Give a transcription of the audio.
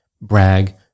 brag